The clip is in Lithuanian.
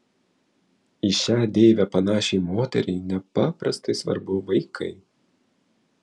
į šią deivę panašiai moteriai nepaprastai svarbu vaikai